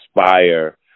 inspire